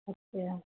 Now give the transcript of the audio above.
আচ্ছা